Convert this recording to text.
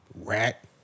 Rat